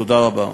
תודה רבה.